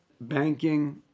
banking